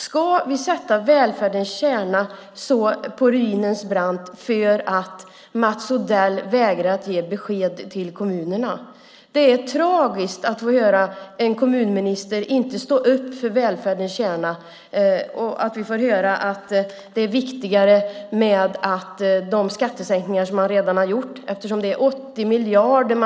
Ska vi sätta välfärdens kärna på ruinens brant för att Mats Odell vägrar att ge besked till kommunerna? Det är tragiskt att höra en kommunminister som inte står upp för välfärdens kärna och att höra att det är viktigare med de skattesänkningar som man redan har valt att göra, som är 80 miljarder.